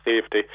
safety